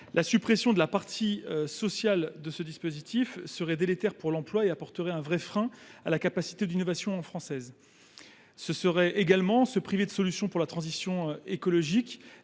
La suppression de la partie sociale de ce dispositif serait délétère pour l’emploi et freinerait la capacité d’innovation française. Elle nous priverait également de solutions pour la transition écologique,